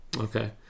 Okay